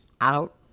out